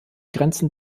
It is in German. grenzen